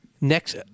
Next